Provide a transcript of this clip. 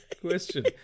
question